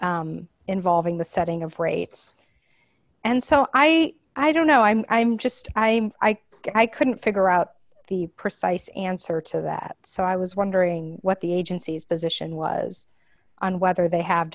statutes involving the setting of rates and so i i don't know i'm i'm just i'm i guess i couldn't figure out the precise answer to that so i was wondering what the agency's position was on whether they have